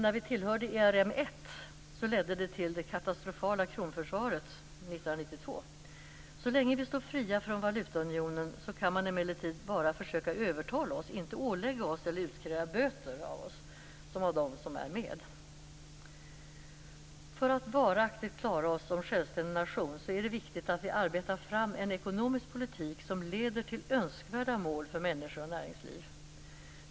När vi tillhörde ERM1 ledde det till det katastrofala kronförsvaret 1992. Så länge vi står fria från valutaunionen kan man emellertid bara försöka att övertala oss, inte ålägga eller utkräva böter av oss, som man kan göra av dem som är med. För att varaktigt klara oss som självständig nation är det viktigt att vi arbetar fram en ekonomisk politik som leder till önskvärda mål för människor och näringsliv.